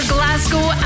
Glasgow